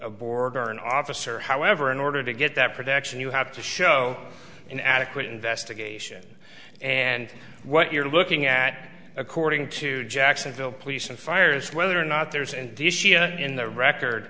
a border or an officer however in order to get that protection you have to show an adequate investigation and what you're looking at according to jacksonville police and fire is whether or not there's and in the record